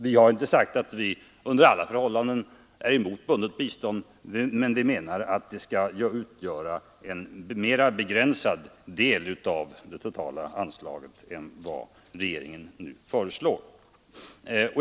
Vi har inte sagt att vi under alla förhållanden är emot ett sådant, men vi menar att det skall utgöra en mera begränsad del av det totala anslaget än vad regeringen nu föreslår.